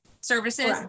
services